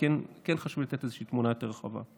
וכן חשוב לי לתת איזושהי תמונת יותר רחבה.